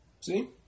See